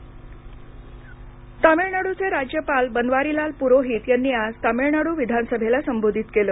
तामिळनाड विधानसभा तामिळनाडूचे राज्यपाल बनवारीलाल पुरोहित यांनी आज तामिळनाडू विधानसभेला संबोधित केलं